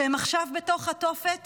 שהם עכשיו בתוך התופת